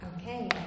Okay